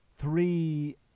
three